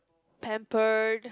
pampered